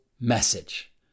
message